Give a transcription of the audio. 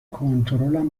کنترلم